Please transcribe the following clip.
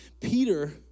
Peter